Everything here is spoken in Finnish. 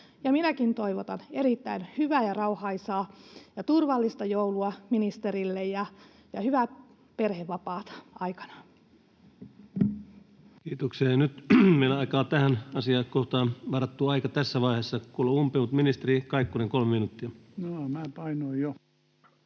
Minäkin toivotan erittäin hyvää ja rauhaisaa ja turvallista joulua ministerille ja hyvää perhevapaata aikanaan. Kiitoksia. — Nyt meillä alkaa tähän asiakohtaan tässä vaiheessa varattu aika kulua umpeen. — Ministeri Kaikkonen, kolme minuuttia. Arvoisa